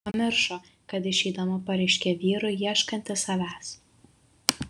pamiršo kad išeidama pareiškė vyrui ieškanti savęs